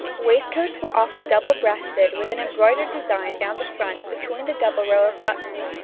waistcoats were often double-breasted with an embroidered design down the front between the double row of buttons,